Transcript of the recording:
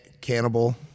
Cannibal